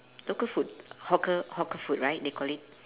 local food hawker hawker food right they call it